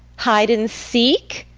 hide and seek?